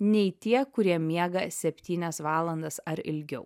nei tie kurie miega septynias valandas ar ilgiau